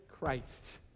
Christ